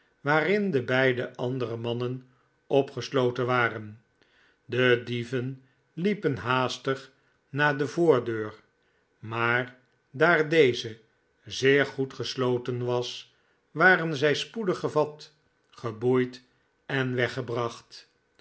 waarin de beide andere mannen opgesloten waren de dieven liepen haastig naar de voordeur maar daar deze goed gesloten was waren zij spoedig gevat geboeid en weggebracht